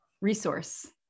resource